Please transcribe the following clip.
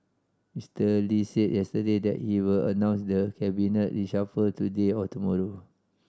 Mister Lee said yesterday that he will announce the cabinet reshuffle today or tomorrow